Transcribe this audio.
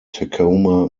tacoma